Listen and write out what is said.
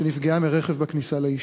שנפגעה מרכב בכניסה ליישוב,